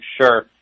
sure